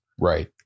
Right